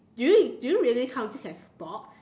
do you do you really count this as sports